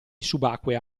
subacquea